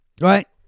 Right